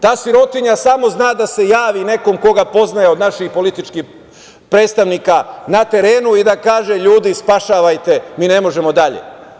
Ta sirotinja samo zna da se javi nekom koga poznaje od naših političkih predstavnika na terenu i da kaže – ljudi, spašavajte, mi ne možemo dalje.